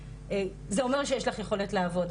זה אומר שיש לך יכולת לעבוד,